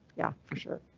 yeah, for sure.